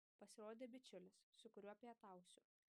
pasirodė bičiulis su kuriuo pietausiu